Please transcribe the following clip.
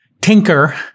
tinker